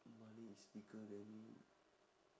money is bigger than me